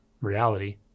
reality